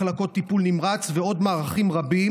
מחלקות טיפול נמרץ ועוד מערכים רבים,